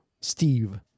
Steve